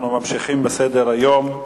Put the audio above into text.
אנחנו ממשיכים בסדר-היום.